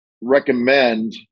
recommend